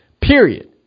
period